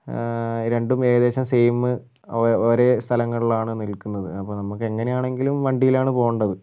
രണ്ടും ഏകദേശം സെയിമ് ഒരേ സ്ഥലങ്ങളിലാണ് നിൽക്കുന്നത് അപ്പം നമുക്ക് എങ്ങനെയാണെങ്കിലും വണ്ടിയിലാണ് പോകേണ്ടത്